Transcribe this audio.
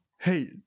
Hey